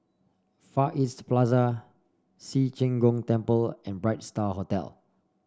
Far East Plaza Ci Zheng Gong Temple and Bright Star Hotel